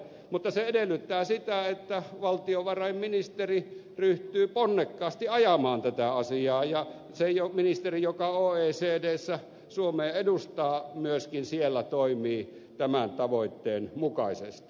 mutta se edellyttää sitä että valtiovarainministeri ryhtyy ponnekkaasti ajamaan tätä asiaa ja että se ministeri joka oecdssä suomea edustaa myöskin siellä toimii tämän tavoitteen mukaisesti